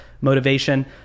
motivation